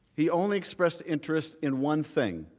he only expressed interest in one thing.